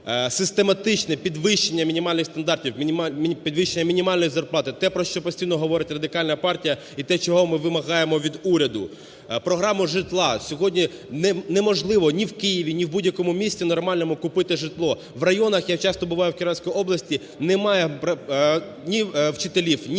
систематичне підвищення мінімальних стандартів, підвищення мінімальної зарплати. Те, про що постійно говорить Радикальна партія і те, чого ми вимагаємо від уряду. Програма житла. Сьогодні неможливо ні в Києві, ні в будь-якому місті нормальному купити житло. В районах, я часто буваю в Кіровоградській області, немає ні вчителів, ні медиків